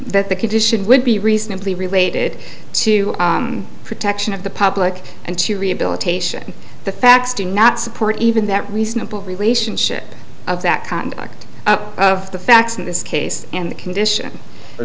that the condition would be reasonably related to protection of the public and to rehabilitation the facts do not support even that reasonable relationship of that conduct of the facts in this case and the condition